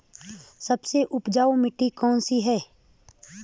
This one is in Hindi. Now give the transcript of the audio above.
सबसे उपजाऊ मिट्टी कौन सी है?